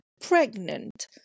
pregnant